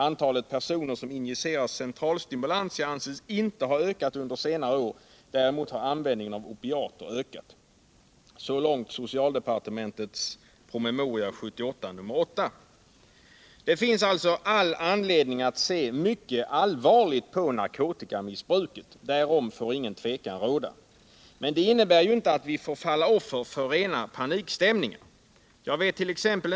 Antalet personer som injicerar centralstimulantia anses inte ha ökat under senare år. Däremot har användningen av opiater ökat.” Det finns alltså all anledning att se allvarligt på narkotikamissbruket — därom får ingen tvekan råda. Men det innebär inte att vi får falla offer för rena panikstämningar. Jag vett.ex.